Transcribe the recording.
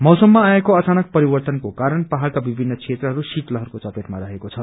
मौसममा आएको अचानक परिवर्तनको कारण पहाड़का विभिन्न क्षेत्रहरू शीतलहरको चपेटमा रहेको छ